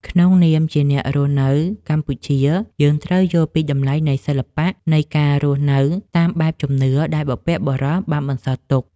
ក្នុងនាមជាអ្នករស់នៅកម្ពុជាយើងត្រូវយល់ពីតម្លៃនៃសិល្បៈនៃការរស់នៅតាមបែបជំនឿដែលបុព្វបុរសបានបន្សល់ទុក។